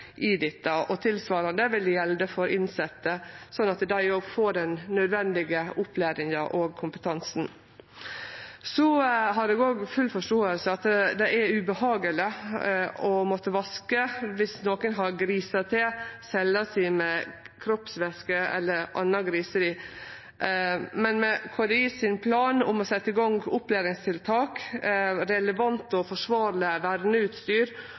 i dette. Tilsvarande vil det gjelde for innsette, sånn at dei òg får den nødvendige opplæringa og kompetansen. Eg har òg full forståing for at det er ubehageleg å måtte vaske viss nokon har grisa til cella si med kroppsvæsker eller anna griseri, men med KDI sin plan om å setje i gang opplæringstiltak, relevant og forsvarleg